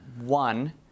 one